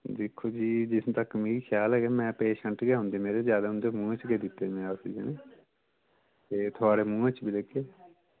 दिक्खो जी जित्थों तक मी ख्याल ऐ ते में पेशेन्ट गै ओंदे मेरे ज्यादा में उं'दे मुहैं च गै दित्ते दा ते आक्सीजन ते थुआढ़े मुहैं च बी देगे